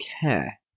care